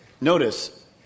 notice